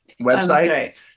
website